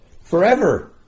forever